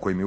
kojim